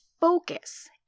focus